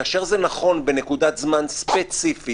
כאשר זה נכון בנקודת זמן ספציפית,